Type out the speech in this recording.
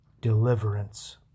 Deliverance